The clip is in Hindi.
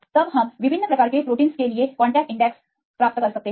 तब हम विभिन्न प्रकार के प्रोटीनों के लिए एकाधिक कांटेक्ट इंडेक्स सही प्राप्त कर सकते हैं